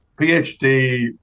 PhD